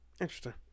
Interesting